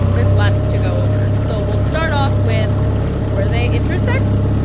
there's lots to go over. so we'll start off with were they intersex?